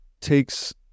takes